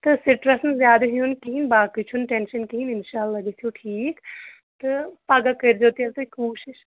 تہٕ سٕٹرٛس نہٕ زیادٕ ہیوٚن کِہیٖنۍ باقٕے چھُنہٕ ٹینشَن کِہیٖنۍ اِنشاءاللہ گٔژھِو ٹھیٖک تہٕ پَگہہ کٔرۍ زیو تیٚلہِ تُہۍ کوٗشِش